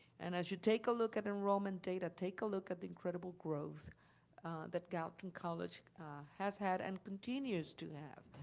and as you take a look at enrollment data, take a look at the incredible growth that gallatin college has had and continues to have.